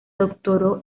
doctoró